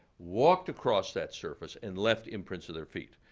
walked across that surface and left imprints of their feet.